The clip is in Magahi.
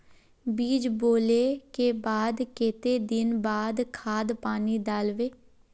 बीज बोले के बाद केते दिन बाद खाद पानी दाल वे?